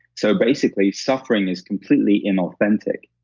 so, basically, suffering is completely inauthentic.